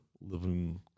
living